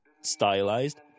stylized